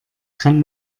kann